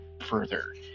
further